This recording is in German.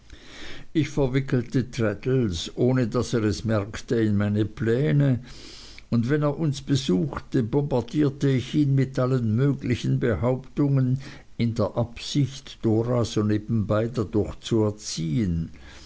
ich verwickelte traddles ohne daß er es merkte in meine pläne und wenn er uns besuchte bombardierte ich ihn mit allen möglichen behauptungen in der absicht dora so nebenbei dadurch zu erziehen